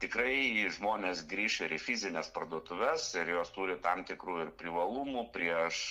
tikrai žmonės grįš ir fizines parduotuves ir jos turi tam tikrų privalumų prieš